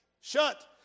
shut